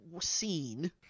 seen